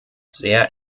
sehr